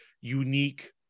unique